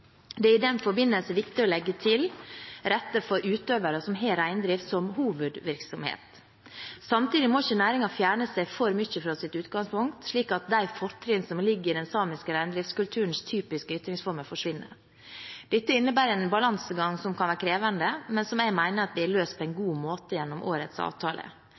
Det er i den forbindelse viktig å legge til rette for utøvere som har reindrift som hovedvirksomhet. Samtidig må ikke næringen fjerne seg for mye fra sitt utgangspunkt, slik at de fortrinn som ligger i den samiske reindriftskulturens typiske ytringsformer, forsvinner. Dette innebærer en balansegang som kan være krevende, men som jeg mener vi har løst på en god måte gjennom årets avtale.